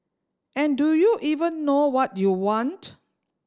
and do you even know what you want